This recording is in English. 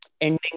ending